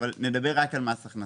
אבל נדבר רק על מס הכנסה.